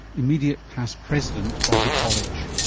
immediate past president of the college.